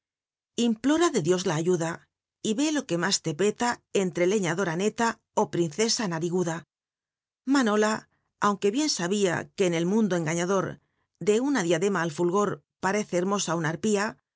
implora ele dios la ayuda y yc lo c uc mús te peta ntre lqiiadora neta o princesa nariguda manola aunque bien sabía oue en el mundo engañador de una rliaclerna al fntg or parece hcrmo a una arpía